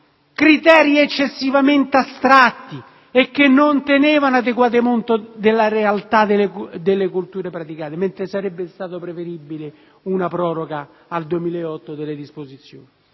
criteri eccessivamente astratti, che non tenevano adeguato conto della realtà delle colture praticate, mentre sarebbe stata preferibile una proroga al 2008 delle disposizioni.